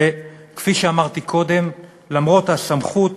וכפי שאמרתי קודם, למרות הסמכות